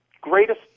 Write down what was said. greatest